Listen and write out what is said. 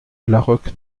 laroque